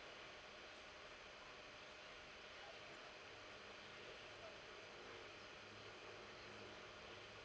uh